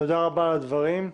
על הדברים.